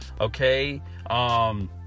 Okay